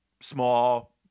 small